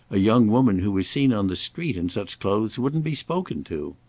a young woman who was seen on the street in such clothes wouldn't be spoken to.